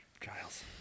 Giles